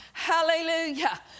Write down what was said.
hallelujah